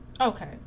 Okay